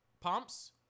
Pumps